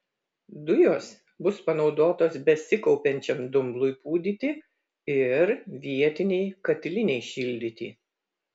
dujos bus panaudotos besikaupiančiam dumblui pūdyti ir vietinei katilinei šildyti